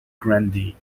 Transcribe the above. grandee